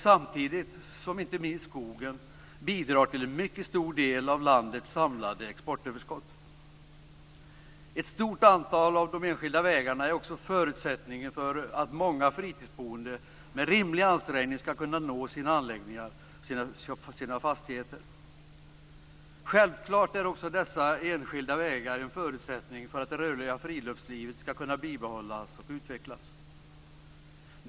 Samtidigt bidrar inte minst skogen till en mycket stor del av landets samlade exportöverskott. Ett stort antal av de enskilda vägarna är också förutsättningen för att många fritidsboende med rimlig ansträngning skall kunna nå sina fastigheter. Självklart är också dessa enskilda vägar en förutsättning för att det rörliga friluftslivet skall kunna bibehållas och utvecklas.